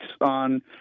on